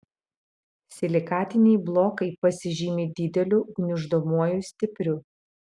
silikatiniai blokai pasižymi dideliu gniuždomuoju stipriu